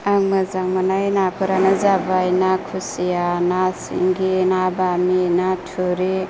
आं मोजां मोननाय नाफोरानो जाबाय ना खुसिया ना सिंगि ना बामि ना थुरि